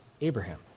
Abraham